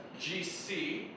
GC